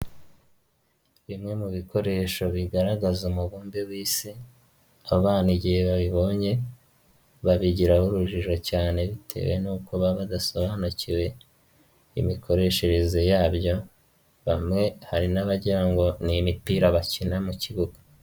Bimwe mu bikoresho bigaragaza umubumbe w'isi, abana igihe babibonye, babigiraho urujijo cyane. Bitewe n'uko baba badasobanukiwe n'imikoreshereze yabyo. Bamwe hari n'abagira ngo n'imipira bakina mu kibuga.